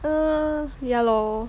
err yah lor